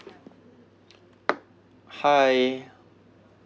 hi